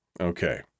Okay